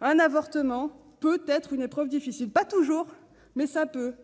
Un avortement peut être une épreuve difficile- pas toujours, mais il peut